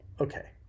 okay